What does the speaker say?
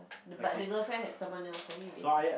but the girlfriend had someone else anyway